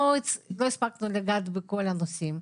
לא הספקנו לגעת בכל הנושאים,